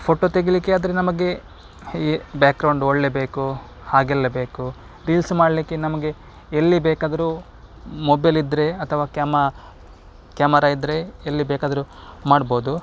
photo ತೆಗಿಲಿಕ್ಕೆ ಆದರೆ ನಮಗೆ ಈ ಬ್ಯಾಕ್ರೌಂಡ್ ಒಳ್ಳೆಯ ಬೇಕು ಹಾಗೆಲ್ಲ ಬೇಕು ರೀಲ್ಸ್ ಮಾಡಲಿಕ್ಕೆ ನಮಗೆ ಎಲ್ಲಿ ಬೇಕಾದ್ರೂ ಮೊಬೈಲ್ ಇದ್ದರೆ ಅಥವಾ ಕ್ಯಾಮ ಕ್ಯಾಮರಾ ಇದ್ದರೆ ಎಲ್ಲಿ ಬೇಕಾದ್ರೂ ಮಾಡ್ಬೋದು